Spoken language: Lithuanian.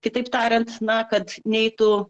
kitaip tariant na kad neitų